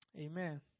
Amen